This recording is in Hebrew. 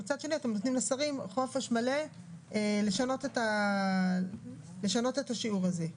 מצד שני אתם נותנים לשרים חופש מלא לשנות את השיעור הזה.